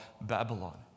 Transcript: Babylon